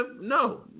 No